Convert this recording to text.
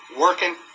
working